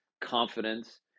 confidence